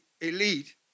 elite